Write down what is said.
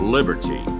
Liberty